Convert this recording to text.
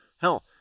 hell